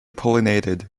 pollinated